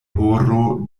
horo